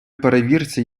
перевірці